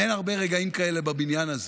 אין הרבה רגעים כאלה בבניין הזה.